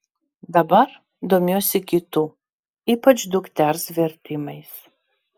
dabar domiuosi kitų ypač dukters vertimais